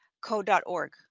code.org